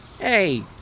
Hey